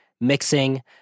mixing